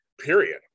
period